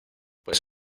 pues